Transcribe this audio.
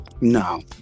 No